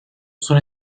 sono